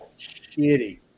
Shitty